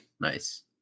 Nice